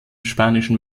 spanischen